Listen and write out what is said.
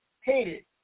hated